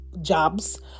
jobs